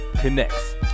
Connects